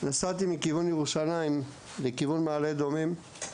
נסעתי מכיוון ירושלים לכיוון מעלה אדומים.